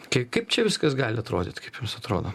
kai kaip čia viskas gali atrodyt kaip jums atrodo